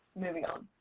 moving on.